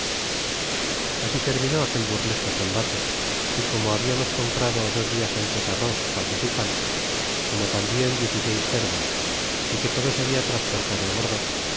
asi terminó aquel burlesco combate y como habiamos comprado dos dias afiles arroz pasas y pan como tambien diez y seis cerdos y que todo se habia transportado á bordo